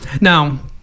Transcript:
Now